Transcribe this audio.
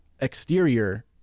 exterior